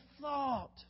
thought